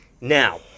Now